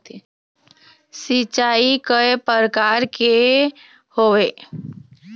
सिचाई कय प्रकार के होये?